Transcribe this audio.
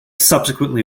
subsequently